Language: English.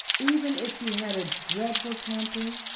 even if she had a dreadful temper?